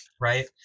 Right